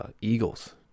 Eagles